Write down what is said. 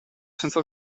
senza